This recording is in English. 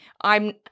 I'm-